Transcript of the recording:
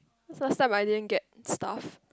cause last time I didn't get stuff